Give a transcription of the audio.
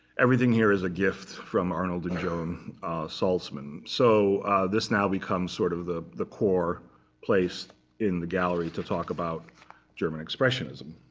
everything here is a gift from arnold and joan saltzman. so this now becomes sort of the the core place in the gallery to talk about german expressionism.